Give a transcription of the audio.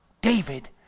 David